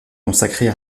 consacrées